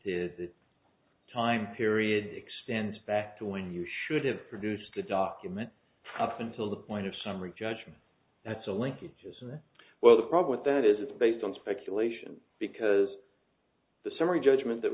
is the time period extends back to when you should have produced a document up until the point of summary judgment that's a linkages and well the prob with that is it's based on speculation because the summary judgment that